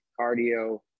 cardio